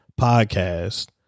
podcast